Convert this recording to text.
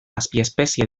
azpiespezie